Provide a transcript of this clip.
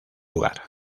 lugar